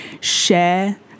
share